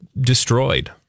destroyed